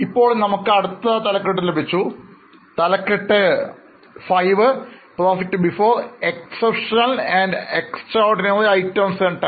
ഇപ്പോൾ നമുക്ക് അടുത്ത തലക്കെട്ട് ലഭിച്ചു തലക്കെട്ട് V Profit before exceptional and extraordinary items and tax